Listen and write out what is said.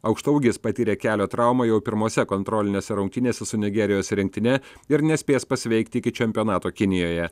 aukštaūgis patyrė kelio traumą jau pirmose kontrolinėse rungtynėse su nigerijos rinktine ir nespės pasveikti iki čempionato kinijoje